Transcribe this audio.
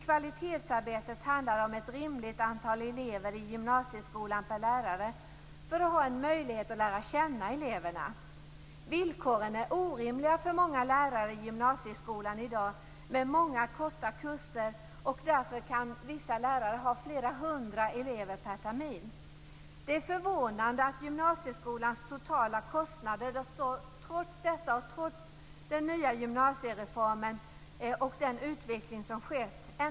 Kvalitetsarbetet handlar om att det måste vara ett rimligt antal elever per lärare i gymnasieskolan för att läraren skall ha en möjlighet att lära känna eleverna. Villkoren är orimliga för många lärare i gymnasieskolan i dag som har många korta kurser. Vissa lärare kan ha flera hundra elever per termin. Det är förvånande att gymnasieskolans totala kostnader minskat i förhållande till tidigare år trots gymnasiereformen och den utveckling som skett.